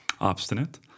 Obstinate